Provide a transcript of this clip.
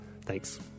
Thanks